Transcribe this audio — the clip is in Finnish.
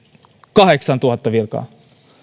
kahdeksantuhatta virkaa